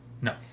No